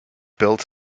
built